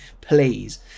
please